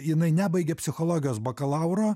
jinai nebaigia psichologijos bakalauro